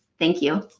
thank you.